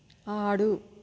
ఆడు